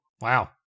Wow